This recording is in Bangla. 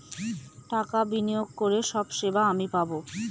টাকা বিনিয়োগ করে সব সেবা আমি পাবো